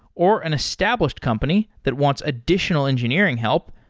or an established company that wants additional engineering help,